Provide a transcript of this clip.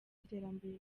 iterambere